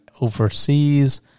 overseas